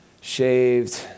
shaved